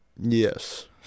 Yes